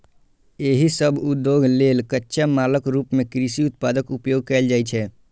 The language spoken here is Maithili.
एहि सभ उद्योग लेल कच्चा मालक रूप मे कृषि उत्पादक उपयोग कैल जाइ छै